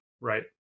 right